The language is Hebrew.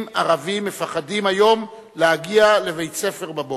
ערבים מפחדים היום להגיע לבית-הספר בבוקר.